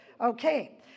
okay